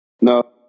No